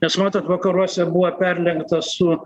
nes matot vakaruose buvo perlenkta su